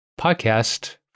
podcast